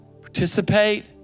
participate